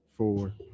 Four